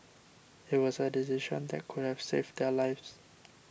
it was a decision that could have saved their lives